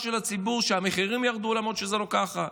של הציבור שהמחירים ירדו למרות שזה לא כך,